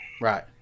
Right